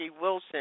Wilson